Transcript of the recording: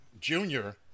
Junior